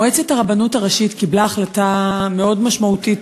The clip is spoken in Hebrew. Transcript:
מועצת הרבנות הראשית קיבלה החלטה מאוד משמעותית